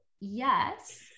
yes